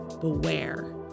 beware